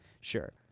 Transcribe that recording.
Sure